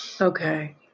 Okay